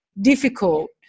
difficult